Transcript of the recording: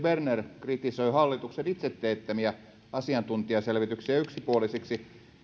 berner kritisoi hallituksen itse teettämiä asiantuntijaselvityksiä yksipuolisiksi